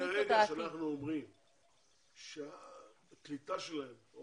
ברגע שאנחנו אומרים שהקליטה שלהם או